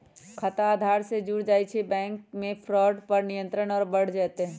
खाता आधार से जुड़ जाये से बैंक मे फ्रॉड पर नियंत्रण और बढ़ जय तय